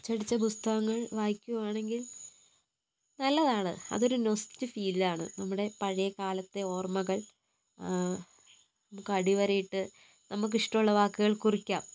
അച്ചടിച്ച പുസ്തകങ്ങൾ വായിക്കുകയാണെങ്കിൽ നല്ലതാണ് അതൊരു നൊസ്റ്റു ഫീലാണ് നമ്മുടെ പഴയകാലത്തെ ഓർമ്മകൾ നമുക്ക് അടിവരയിട്ട് നമുക്കിഷ്ടമുള്ള വാക്കുകൾ കുറിക്കാം